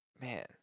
Man